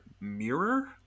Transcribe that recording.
mirror